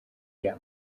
iya